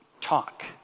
talk